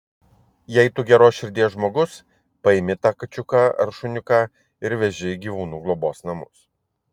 jei tu geros širdies žmogus paimi tą kačiuką ar šuniuką ir veži į gyvūnų globos namus